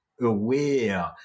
aware